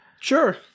Sure